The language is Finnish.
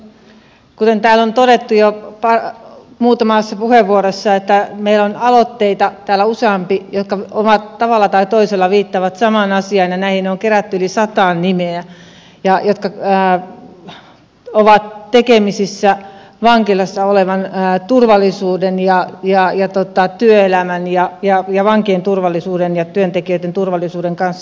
kuten täällä on todettu jo muutamassa puheenvuorossa meillä on täällä useampia aloitteita jotka tavalla tai toisella viittaavat samaan asiaan ja näihin on kerätty yli sata nimeä ja jotka ovat tekemisissä vankilassa olevan turvallisuuden ja työelämän ja vankien turvallisuuden ja työntekijöiden turvallisuuden kanssa